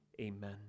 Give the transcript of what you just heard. Amen